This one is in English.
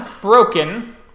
broken